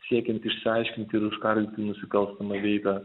siekiant išsiaiškinti ir užkardyti nusikalstamą veiką